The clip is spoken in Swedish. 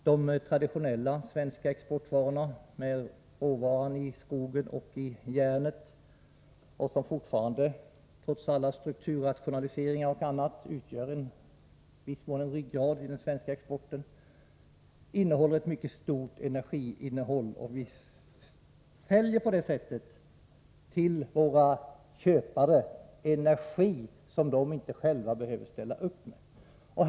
De traditionella svenska exportvarorna, med skog och järn som råvara — trots alla strukturrationaliseringar utgör dessa i viss mån fortfarande en ryggrad i den svenska exporten — har ett mycket stort energiinnehåll. Vi säljer på det sättet till våra köpare energi som de inte själva behöver ställa till förfogande.